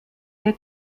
der